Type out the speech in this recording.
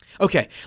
Okay